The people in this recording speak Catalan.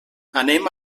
anem